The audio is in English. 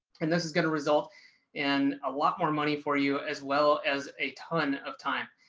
and this is going to result in a lot more money for you as well as a ton of time.